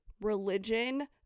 religion